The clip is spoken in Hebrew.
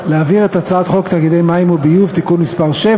מה שכן דורש,